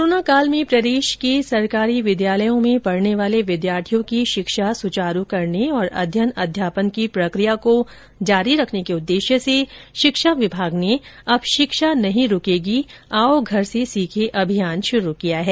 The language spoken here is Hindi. कोरोना काल में प्रदेश के राजकीय विद्यालयों में पढ़ने वाले विद्यार्थियों की शिक्षा सुचारू करने और अध्ययन अध्यापन की प्रक्रिया को जारी रखने के उद्देश्य से शिक्षा विभाग ने अब शिक्षा नही रुकेगी आओ घर से सीखें अभियान शुरू किया है